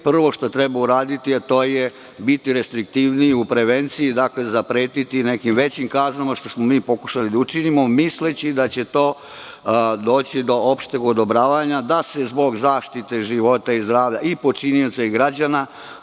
što treba uraditi, to je biti restriktivniji u prevenciji, odnosno zapretiti nekim većim kaznama, što smo mi pokušali da učinimo, misleći da će doći do opšteg odobravanja da se zbog zaštite života i zdravlja i počinioca i građana